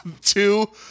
two